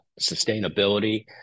sustainability